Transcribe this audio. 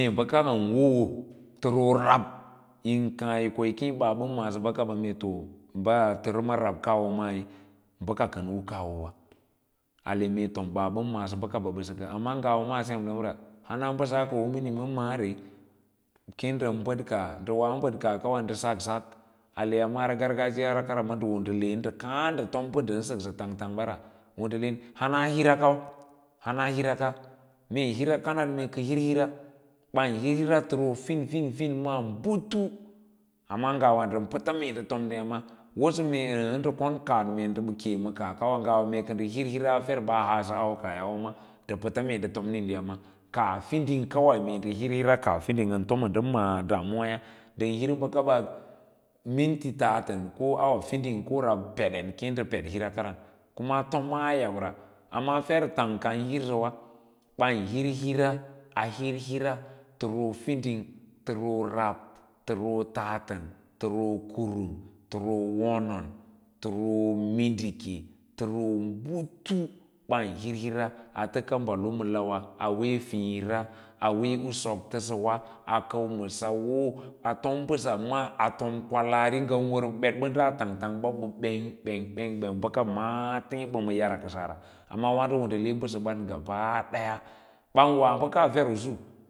Mee bəka ən won wo təro rab yín kǎǎ ko yi keẽ ɓaa bə ma’asə bəkaba ba, mee to təma raɓ kaɓa mai bəka kən u kaa wowa aa men tom bet ɓə ma’aī bəkaɓa bə səkə, amma ngawa ma sem ɗəm ra, hana bəsa ko miniu ma ma’ǎre keẽ ndən bəd kaah, ndə woa bəd kaah ka wa ndə sal sal a woa mara gar gajiyara kara ndə wo ndə le’en ndə kǎǎ fom mbə ndən səksə tang tang ɓara wo ndə le’en hana hira kau hana hira sa, mee hira kaan mee ka jiri kaya ban hir hira təroo fin fin ma butu amma ndən pəta mee ndə tom ndə yâ nra wosə mee əə ndə kon kaahn wâ mee ndə ke ma kaah kaba mee kə ndə hiw hira haa hausə a auwe ka ahya wa ma ndən pəta mee kə ndə tomni ndə yima a fiding kawai mee ndə hir hire kaa fin ndən tm ndə maa damu wâyâ ən hir bəkaba minti tatən ko awa fiding ko rab peden kěě ndə peɗ hira karan, kuma tomaa yabra amma fer tang kan hirsəwa ɓan hir hira a hir hira təroo fiding təroo rab, təroo tatən təroo kuwin, təroo wonon, təroo nǐndike tətoo butu ban hir hira a təka balo ma lawa a wee fiĩra awee n sok tosəwa ma sawa atom mbəga mas a fom kwalaari ai ngən wər ɓədɓadaa tang tang bə ɓeng beng bəka ma teẽ ɓə ma yara kasara amma wǎǎɗo wo le mbə bəɓau gaba daya ban wa bəka fer usu.